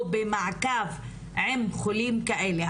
או במעקב עם חולים כאלה.